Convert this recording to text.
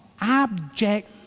abject